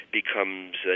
becomes